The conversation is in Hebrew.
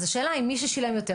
אז השאלה אם מי ששילם יותר,